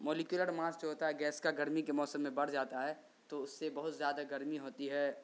molecular mass جو ہوتا ہے گیس کا گرمی کے موسم میں بڑھ جاتا ہے تو اس سے بہت زیادہ گرمی ہوتی ہے